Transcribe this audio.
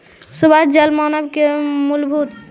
स्वच्छ जल मानव के मूलभूत आवश्यकता में से एक हई